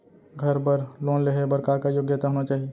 घर बर लोन लेहे बर का का योग्यता होना चाही?